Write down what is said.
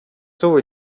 зөв